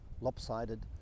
lopsided